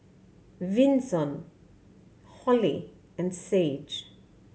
Vinson Holli and Sage